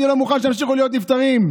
אני לא מוכן שימשיכו להיות נפטרים.